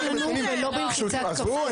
יש לנו אבל לא בלחיצת כפתור.